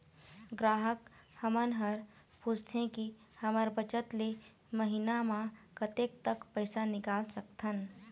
ग्राहक हमन हर पूछथें की हमर बचत ले महीना मा कतेक तक पैसा निकाल सकथन?